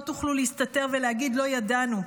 לא תוכלו להסתתר ולהגיד: לא ידענו.